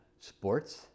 sports